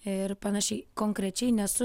ir panašiai konkrečiai nesu